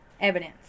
evidence